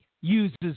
uses